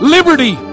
Liberty